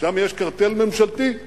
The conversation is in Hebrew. שם יש קרטל ממשלתי.